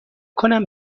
کنم